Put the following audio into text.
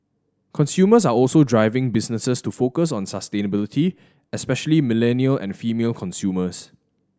consumers are also driving businesses to focus on sustainability especially millennial and female consumers